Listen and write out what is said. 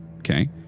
Okay